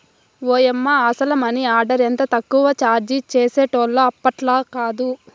ఓయమ్మ, అసల money order ఎంత తక్కువ చార్జీ చేసేటోల్లో ఇప్పట్లాకాదు